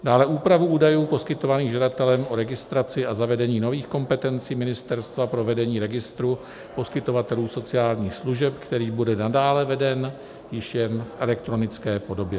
Dále na úpravu údajů poskytovaných žadatelem o registraci a zavedení nových kompetencí ministerstva pro vedení registru poskytovatelů sociálních služeb, který bude nadále veden již jen v elektronické podobě.